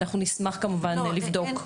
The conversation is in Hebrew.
אנחנו נשמח כמובן לבדוק.